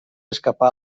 escapar